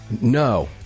No